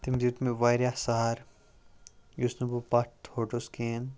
تٔمۍ دیُت مےٚ واریاہ سہارٕ یُس نہٕ بہٕ پتھ ہوٚٹُس کِہیٖنۍ